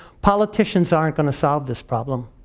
politicians aren't gonna solve this problem.